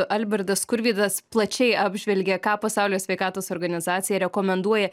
albertas skurvydas plačiai apžvelgė ką pasaulio sveikatos organizacija rekomenduoja